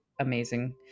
amazing